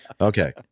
Okay